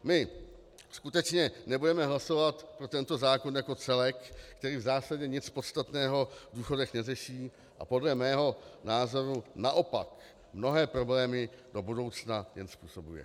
My skutečně nebudeme hlasovat pro tento zákon jako celek, který v zásadě nic podstatného v důchodech neřeší a podle mého názoru naopak mnohé problémy do budoucna jen způsobuje.